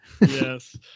Yes